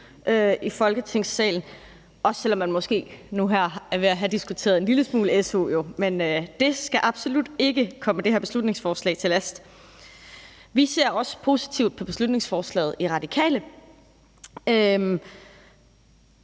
i Folketingssalen, også selv om vi måske er ved at have fået diskuteret su en hel del nu. Men det skal absolut ikke lægges det her beslutningsforslag til last. Vi ser i Radikale også positivt på beslutningsforslaget. Jeg